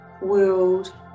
world